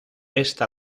esta